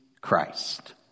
Christ